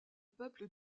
peuple